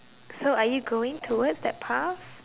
so are you going towards that path